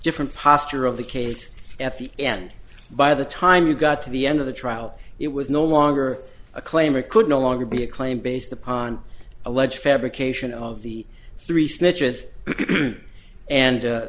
different posture of the case f e n by the time you got to the end of the trial it was no longer a claim it could no longer be a claim based upon alleged fabrication of the three